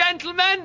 Gentlemen